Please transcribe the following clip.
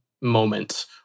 moment